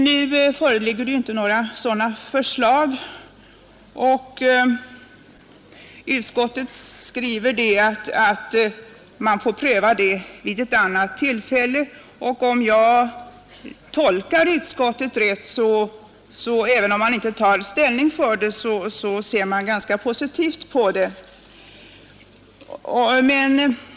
Nu föreligger det emellertid inte några sådana förslag, utan utskottet skriver att man får pröva detta vid ett annat tillfälle. Om jag tolkar utskottet rätt ser man ganska positivt på förslaget, även om man inte tar ställning för det.